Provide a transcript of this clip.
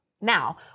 Now